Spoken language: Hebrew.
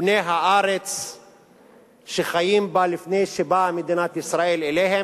בני הארץ שחיים בה לפני שבאה מדינת ישראל אליהם,